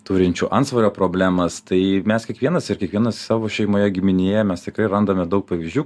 turinčių antsvorio problemas tai mes kiekvienas ir kiekvienas savo šeimoje giminėje mes tikrai randame daug pavyzdžių